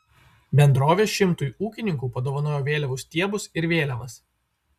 bendrovė šimtui ūkininkų padovanojo vėliavų stiebus ir vėliavas